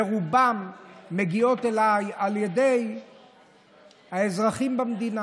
ברובן מגיעות אליי על ידי האזרחים במדינה.